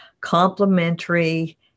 Complementary